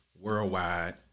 worldwide